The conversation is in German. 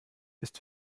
ist